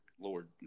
lord